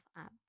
up